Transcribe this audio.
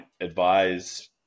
advise